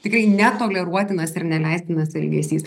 tikrai netoleruotinas ir neleistinas elgesys